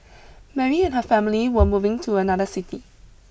Mary and her family were moving to another city